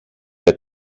der